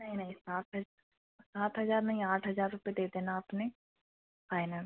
नहीं नहीं सात सात हज़ार नहीं आठ हज़ार रुपये दे देना आपने फ़ाइनल